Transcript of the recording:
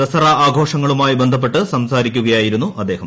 ദസറ ആഘോഷങ്ങളുമായി ബന്ധപ്പെട്ട് സംസാരിക്കുകയായിരുന്നു അദ്ദേഹം